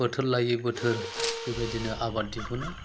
बोथोर लायै बोथोर बेबादिनो आबाद दिहुनो